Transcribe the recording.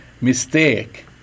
mistake